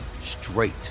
straight